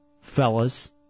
fellas